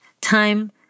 Time